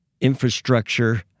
infrastructure